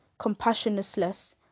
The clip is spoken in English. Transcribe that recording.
compassionless